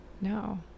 No